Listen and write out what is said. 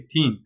2015